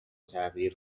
تغییر